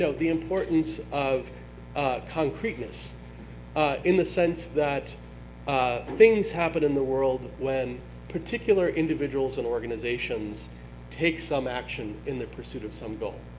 so the importance of concreteness in the sense that ah things happen in the world when particular individuals and organizations take some action in the pursuit of some goal.